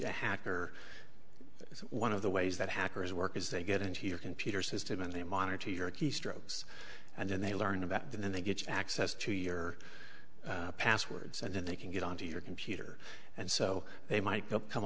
i hacker one of the ways that hackers work is they get into your computer system and they monitor your keystrokes and then they learn about them then they get access to your passwords and then they can get onto your computer and so they might go up come